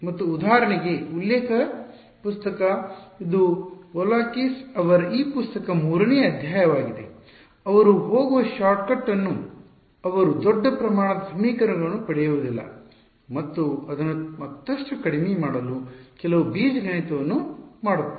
ಮತ್ತು ಉದಾಹರಣೆಗೆ ಉಲ್ಲೇಖ ಪುಸ್ತಕ ಇದು ವೊಲಾಕಿಸ್ ಅವರ ಈ ಪುಸ್ತಕದ 3 ನೇ ಅಧ್ಯಾಯವಾಗಿದೆ ಅವರು ಹೋಗುವ ಶಾರ್ಟ್ಕಟ್ ಅನ್ನು ಅವರು ದೊಡ್ಡ ಪ್ರಮಾಣದ ಸಮೀಕರಣಗಳನ್ನು ಪಡೆಯುವುದಿಲ್ಲ ಮತ್ತು ಅದನ್ನು ಮತ್ತಷ್ಟು ಕಡಿಮೆ ಮಾಡಲು ಕೆಲವು ಬೀಜಗಣಿತವನ್ನು ಮಾಡುತ್ತಾರೆ